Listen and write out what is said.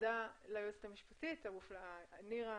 ותודה לנירה